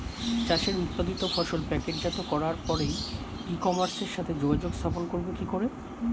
চাষের উৎপাদিত ফসল প্যাকেটজাত করার পরে ই কমার্সের সাথে যোগাযোগ স্থাপন করব কি করে?